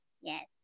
Yes